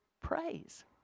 praise